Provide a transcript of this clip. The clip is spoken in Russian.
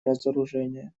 разоружение